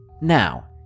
Now